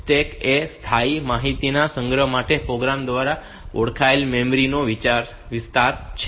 stack એ અસ્થાયી માહિતીના સંગ્રહ માટે પ્રોગ્રામ દ્વારા ઓળખાયેલ મેમરી નો વિસ્તાર છે